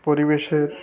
পরিবেশের